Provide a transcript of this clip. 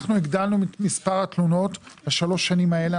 אנחנו הגדלנו את מספר התלונות בשלוש השנים האלה,